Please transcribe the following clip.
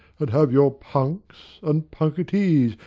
and have your punks, and punketees,